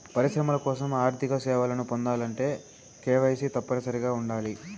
పరిశ్రమల కోసం ఆర్థిక సేవలను పొందాలంటే కేవైసీ తప్పనిసరిగా ఉండాలి